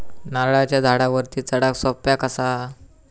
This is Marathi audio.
नारळाच्या झाडावरती चडाक सोप्या कसा?